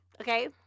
Okay